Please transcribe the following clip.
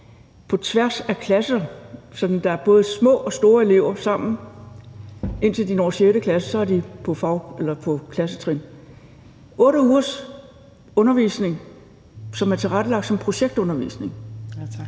på tværs af klasser, sådan at der både er små og store elever sammen, indtil de når 6. klasse, hvor de er på deres eget klassetrin – 8 ugers undervisning, som er tilrettelagt som projektundervisning. Og